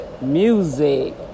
music